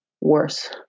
worse